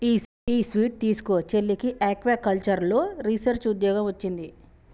ఈ స్వీట్ తీస్కో, చెల్లికి ఆక్వాకల్చర్లో రీసెర్చ్ ఉద్యోగం వొచ్చింది